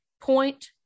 Point